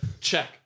Check